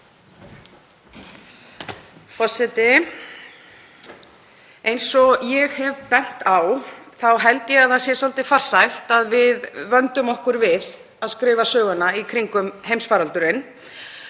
Forseti. Eins og ég hef bent á þá held ég að það sé svolítið farsælt að við vöndum okkur við að skrifa söguna í kringum heimsfaraldurinn.